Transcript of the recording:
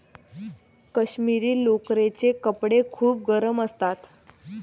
काश्मिरी लोकरचे कपडे खूप गरम असतात